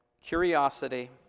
curiosity